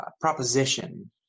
proposition